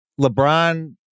LeBron